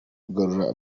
kugarura